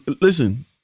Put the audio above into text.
listen